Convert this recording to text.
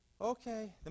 Okay